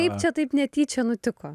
kaip čia taip netyčia nutiko